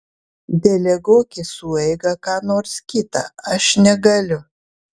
deleguok į sueigą ką nors kitą aš negaliu